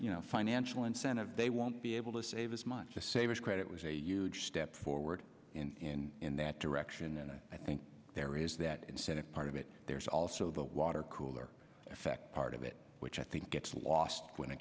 you know financial incentive they won't be able to save as much to save as credit was a huge step forward and in that direction and i think there is that incentive part of it there's also the watercooler effect part of it which i think gets lost when